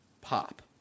pop